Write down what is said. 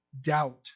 Doubt